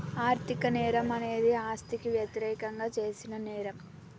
ఆర్థిక నేరం అనేది ఆస్తికి వ్యతిరేకంగా చేసిన నేరం